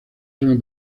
suelen